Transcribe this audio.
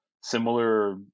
similar